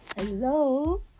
hello